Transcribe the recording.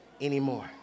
anymore